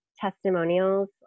testimonials